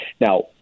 Now